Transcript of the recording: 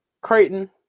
Creighton